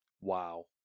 Wow